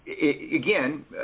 Again